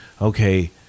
okay